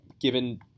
given